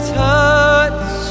touch